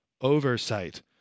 oversight